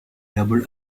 double